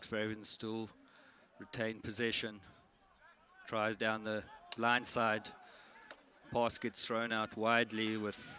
experience to retain position drive down the line side moss gets thrown out widely with